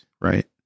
right